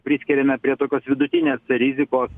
priskiriame prie tokios vidutinės rizikos